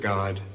God